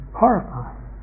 horrified